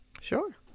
sure